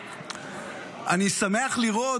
אני שמח לראות,